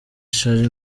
charly